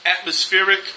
atmospheric